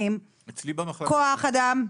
ואם אני אצטרך לפתוח בשביתת רעב פה,